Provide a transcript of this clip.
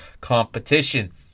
competition